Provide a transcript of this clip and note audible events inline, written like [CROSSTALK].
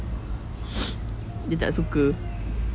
[NOISE] dia tak suka